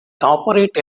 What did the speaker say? operate